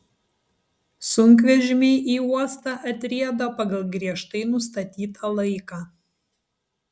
sunkvežimiai į uostą atrieda pagal griežtai nustatytą laiką